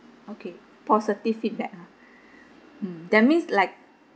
okay positive feedback ha hmm that means like